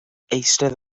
eistedd